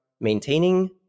maintaining